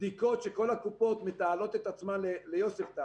בדיקות שכל הקופות מתעלות את עצמן ליוספטל,